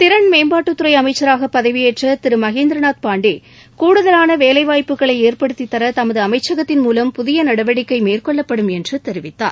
திறள் மேம்பாட்டுத்துறை அமச்சராக பதவியேற்ற திரு மகேந்திரநாத் பாண்டே கூடுதலான வேலைவாய்ப்புகளை ஏற்படுத்தித்தர தமது அமைச்சகத்தின் மூலம் புதிய நடவடிக்கை மேற்கொள்ளப்படும் என்று தெரிவித்தார்